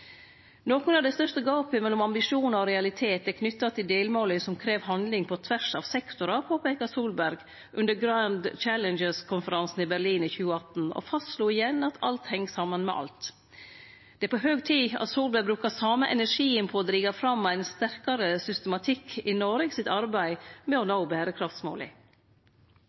Nokon av dei største gapa mellom ambisjonar og realitet er knytte til delmåla som krev handling på tvers av sektorar, påpeika Solberg under Grand Challenges-konferansen i Berlin i 2018, og fastslo igjen at alt heng saman med alt. Det er på høg tid at Solberg brukar den same energien på å drive fram ein sterkare systematikk i Noregs arbeid med å nå berekraftsmåla.